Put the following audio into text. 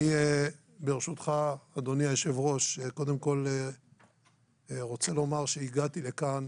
אדוני היושב-ראש, הגעתי לכאן